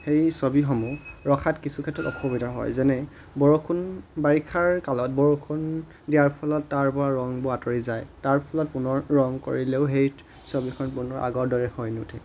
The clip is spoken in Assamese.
সেই ছবিসমূহ ৰখাত কিছু ক্ষেত্ৰত অসুবিধা হয় যেনে বৰষুণ বাৰিষাৰ কালত বৰষুণ দিয়াৰ ফলত তাৰ পৰা ৰংবোৰ আঁতৰি যায় তাৰ ফলত পুনৰ ৰং কৰিলেও সেই ছবিখন পুনৰ আগৰ দৰে হয় নুঠে